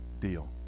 deal